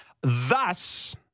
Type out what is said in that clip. Thus